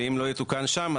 ואם לא יתוקן שם,